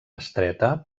estreta